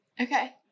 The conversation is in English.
Okay